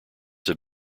have